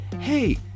hey